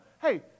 hey